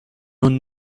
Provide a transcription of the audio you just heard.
اون